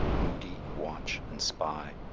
moody, watch, and spy,